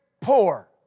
poor